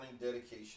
dedication